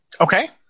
Okay